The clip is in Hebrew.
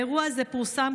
האירוע הזה פורסם,